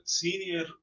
senior